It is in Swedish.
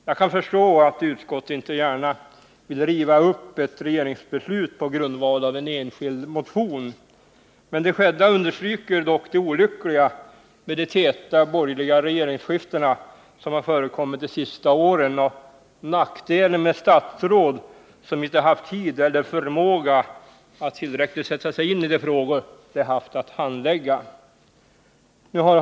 Jag kan förstå att utskottet inte gärna vill riva upp ett regeringsbeslut på grundval av en enskild motion. Det skedda understryker dock det olyckliga med de täta borgerliga regeringsskiften som har förekommit de senaste åren och nackdelen med statsråd som inte haft tid eller förmåga att tillräckligt sätta sig ini de frågor de haft att handlägga.